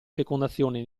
fecondazione